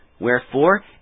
Wherefore